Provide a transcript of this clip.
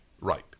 right